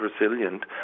resilient